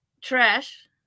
trash